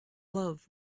love